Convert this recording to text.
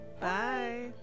Bye